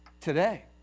Today